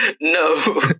No